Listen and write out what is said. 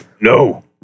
No